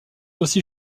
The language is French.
aussi